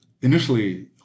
Initially